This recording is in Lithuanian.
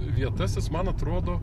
vietas jis man atrodo